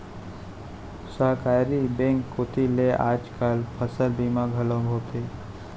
सहकारी बेंक कोती ले आज काल फसल बीमा घलौ होवथे